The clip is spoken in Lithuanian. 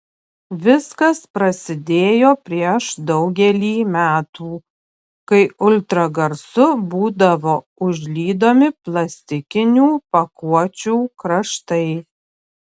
viskas prasidėjo prieš daugelį metų kai ultragarsu būdavo užlydomi plastikinių pakuočių kraštai